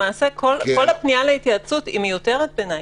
למעשה כל הפנייה להתייעצות מיותרת בעיני,